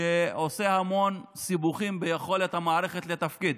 שעושה המון סיבוכים ביכולת המערכת לתפקד.